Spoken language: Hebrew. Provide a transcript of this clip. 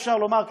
אפשר לומר,